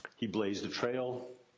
he blazed a trail,